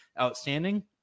outstanding